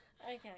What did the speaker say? Okay